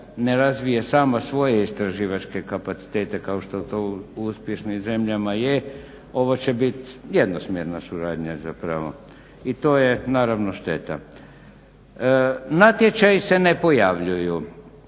ne razvije sama svoje istraživačke kapacitete kao što to u uspješnim zemljama je ovo će biti jednosmjerna suradnja zapravo. I to je naravno šteta. Natječaji se ne pojavljuju